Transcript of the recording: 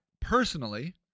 personally